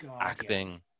acting